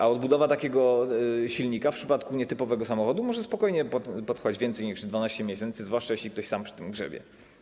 A odbudowa takiego silnika w przypadku nietypowego samochodu może spokojnie potrwać więcej niż 12 miesięcy, zwłaszcza jeśli ktoś sam przy tym grzebie.